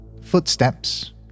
footsteps